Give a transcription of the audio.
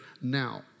now